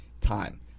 time